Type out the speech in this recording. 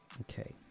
Okay